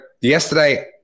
yesterday